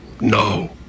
No